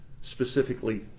specifically